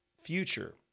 future